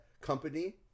company